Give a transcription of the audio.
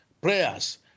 prayers